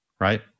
Right